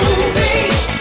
movie